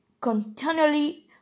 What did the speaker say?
continually